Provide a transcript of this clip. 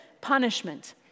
punishment